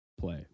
play